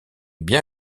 bien